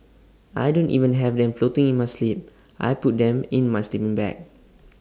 I don't even have them floating in my sleep I put them in my sleeping bag